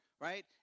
right